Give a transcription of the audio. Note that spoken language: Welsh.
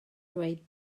dweud